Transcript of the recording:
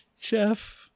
Jeff